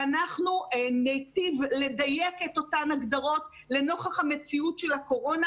ואנחנו ניטיב לדייק את אותן הגדרות נוכח המציאות של הקורונה,